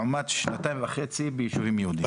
לעומת שנתיים וחצי בישובים יהודים.